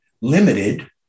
limited